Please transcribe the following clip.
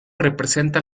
representa